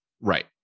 Right